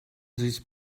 these